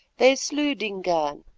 they slew dingaan,